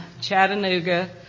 Chattanooga